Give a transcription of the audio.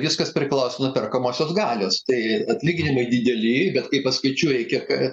viskas priklauso nuo perkamosios galios tai atlyginimai dideli bet kai paskaičiuoji kiek